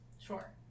sure